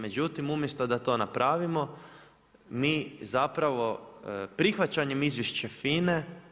Međutim, umjesto da to napravimo mi zapravo prihvaćanjem izvješća FINA-e.